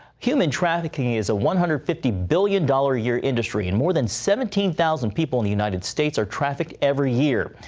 human trafficking is a one hundred fifty billion dollars a year industry. more than seventeen thousand people in the united states are trafficked every year.